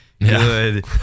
Good